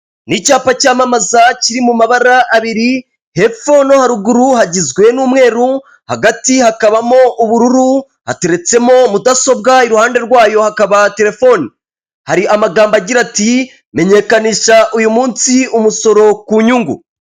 Ni icyapa cyamamaza kiri mu mabara abiri, hepfo no haruguru hagizwe n'umweru hagati hakabamo ubururu, hateretsemo mudasobwa iruhande rwayo hakaba telefoni. Hari amagambo agira ati menyekanisha uyu munsi umusoro ku nyungu.